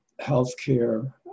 healthcare